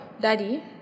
Daddy